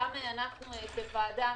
גם אנחנו כוועדה,